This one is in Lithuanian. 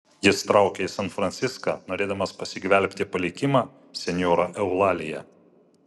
jis traukia į san franciską norėdamas pasigvelbti palikimą senjora eulalija